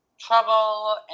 trouble